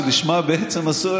הממשלה,